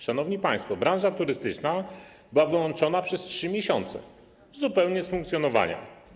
Szanowni państwo, branża turystyczna była wyłączona przez 3 miesiące zupełnie z funkcjonowania.